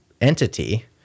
entity